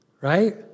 right